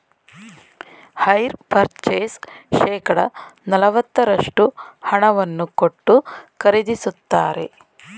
hire purchase ಶೇಕಡ ನಲವತ್ತರಷ್ಟು ಹಣವನ್ನು ಕೊಟ್ಟು ಖರೀದಿಸುತ್ತಾರೆ